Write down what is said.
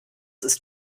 ist